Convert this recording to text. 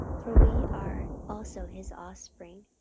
for we are also his offspring.